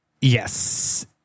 yes